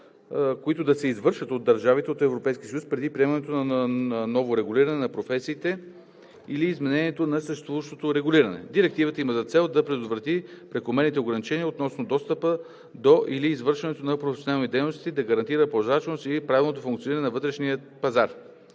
които да се извършват от държавите от Европейския съюз преди приемането на ново регулиране на професиите или изменението на съществуващото регулиране. Директивата има за цел да предотврати прекомерните ограничения относно достъпа до или извършването на професионални дейности, да гарантира прозрачност и правилното функциониране на вътрешния пазар.